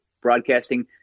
broadcasting